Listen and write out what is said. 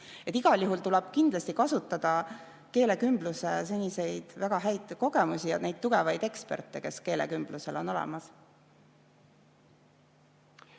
Igal juhul tuleb kindlasti kasutada keelekümbluse seniseid väga häid kogemusi ja neid tugevaid eksperte, kes keelekümblusel on olemas.